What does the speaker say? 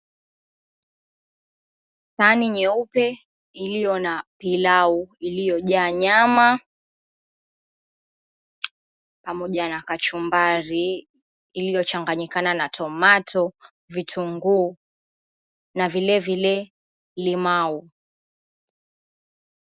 Sahani nyeupe iliyo na pilau, iliyojaa nyama pamoja na kachumbari iliyochanganyikana na tomato, vitunguu na vilevile limau.